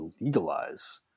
legalize